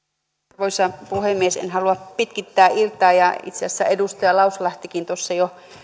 arvoisa puhemies en halua pitkittää iltaa ja itse asiassa edustaja lauslahtikin tuossa jo